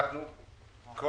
(היו"ר משה גפני)